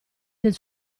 del